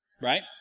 Right